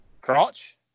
crotch